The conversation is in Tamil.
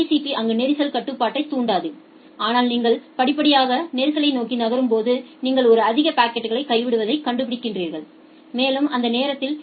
பி அங்கு நெரிசல் கட்டுப்பாட்டைத் தூண்டாது ஆனால் நீங்கள் படிப்படியாக நெரிசலை நோக்கி நகரும்போது நீங்கள் ஒரு அதிக பாக்கெட் கைவிடுதலை கண்டுபிடிப்பீர்கள் மேலும் அந்த நேரத்தில் டி